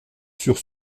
sur